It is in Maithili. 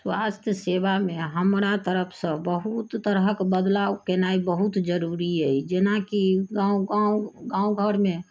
स्वास्थ्य सेवामे हमरा तरफसँ बहुत तरहके बदलाव केनाइ बहुत जरूरी अछि जेनाकि गाँव गाँव गाँव घरमे